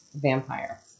Vampire